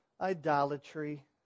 idolatry